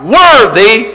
worthy